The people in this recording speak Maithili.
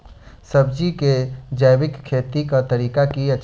सब्जी केँ जैविक खेती कऽ तरीका की अछि?